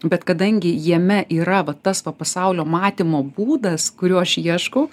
bet kadangi jame yra vat tas pasaulio matymo būdas kurio aš ieškau